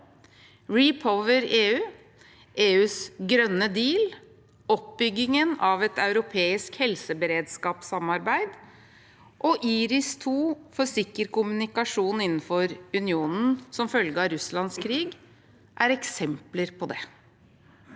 REPowerEU, EUs Green Deal, oppbyggingen av et europeisk helseberedskapssamarbeid og IRIS[2] for sikker kommunikasjon innenfor unionen som følge av Russ lands krig er eksempler på det.